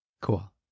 Cool